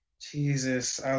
Jesus